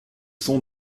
sons